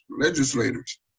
legislators